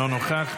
אינו נוכח.